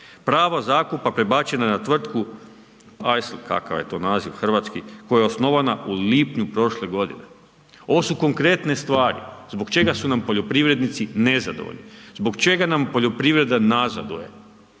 Pravo zakupa prebačeno je na tvrtku .../Govornik se ne razumije./... kakav je to naziv hrvatski, koja je osnovana u lipnju prošle godine. Ovo su konkretne stvari. Zbog čega su nam poljoprivrednici nezadovoljni? Zbog čega nam poljoprivreda nazaduje?